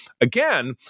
again